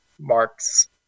marks